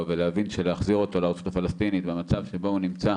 ולהבין שלהחזיר אותו לרשות הפלסטינית במצב שבו הוא נמצא